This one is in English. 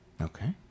Okay